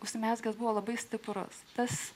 užsimezgęs buvo labai stiprus tas